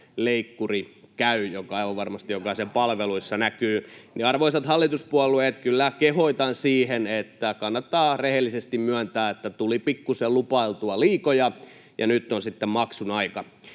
aivan varmasti jokaisen palveluissa näkyy. Arvoisat hallituspuolueet, kehotan kyllä siihen, että kannattaa rehellisesti myöntää, että tuli lupailtua pikkuisen liikoja ja nyt on sitten maksun aika.